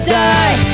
die